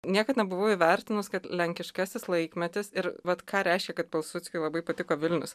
niekad nebuvau įvertinus kad lenkiškasis laikmetis ir vat ką reiškia kad pilsudskiui labai patiko vilnius